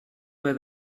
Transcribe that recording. where